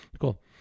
Cool